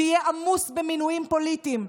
שיהיה עמוס במינויים פוליטיים.